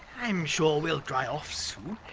i'm sure we'll dry off soon.